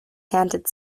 handed